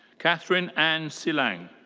katherine anne silang.